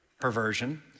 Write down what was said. perversion